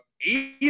eight